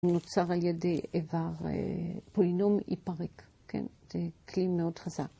הוא נוצר על ידי איבר פולינום אי פריק, כן? זה כלי מאוד חזק.